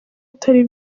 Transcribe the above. atari